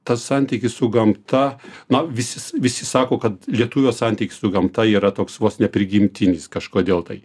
tas santykis su gamta na visi visi sako kad lietuvio santykis su gamta yra toks vos ne prigimtinis kažkodėl tai